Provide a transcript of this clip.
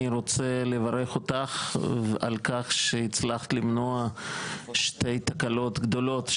אני רוצה לברך אותך על כך שהצלחת למנוע שתי תקלות גדולות,